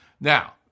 Now